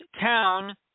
town